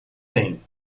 tem